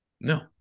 No